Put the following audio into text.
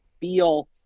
feel